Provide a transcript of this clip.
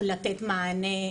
או לתת מענה,